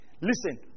Listen